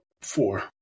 four